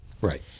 right